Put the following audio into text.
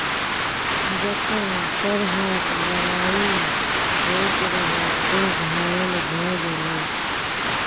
जखन सरहाक लड़ाइ होइत रहय ओ घायल भए गेलै